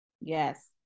Yes